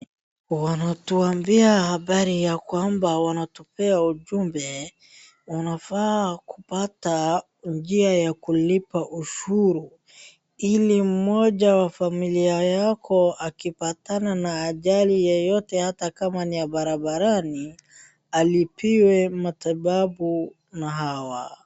Wanatuambia habari ya kwamba wanatupea ujumbe, unafaa kupata njia ya kulipa ushuru, ili mmoja wa familia yako akipatana na ajali yoyote ata kama ni ya barabarani, alipiwe matibabu na hawa.